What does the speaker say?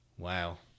Wow